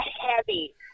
heavy